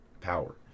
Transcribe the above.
power